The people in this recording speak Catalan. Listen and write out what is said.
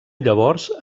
llavors